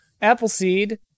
Appleseed